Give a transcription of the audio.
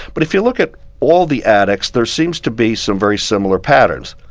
but if you look at all the addicts, there seems to be some very similar patterns.